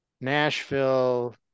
Nashville